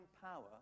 power